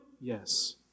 Yes